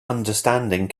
understanding